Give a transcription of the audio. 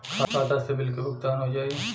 खाता से बिल के भुगतान हो जाई?